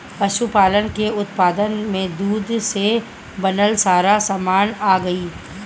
पशुपालन के उत्पाद में दूध से बनल सारा सामान आ जाई